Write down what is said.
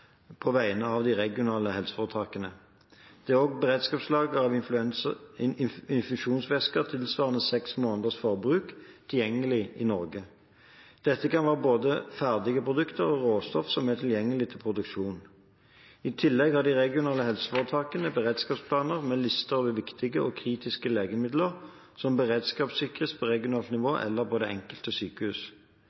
på vegne av de regionale helseforetakene. Det er også beredskapslager av infusjonsvæsker tilsvarende seks måneders forbruk tilgjengelig i Norge. Dette kan være både ferdige produkter og råstoff som er tilgjengelig til produksjon. I tillegg har de regionale helseforetakene beredskapsplaner med lister over viktige og kritiske legemidler som beredskapssikres på regionalt nivå eller på det enkelte sykehus.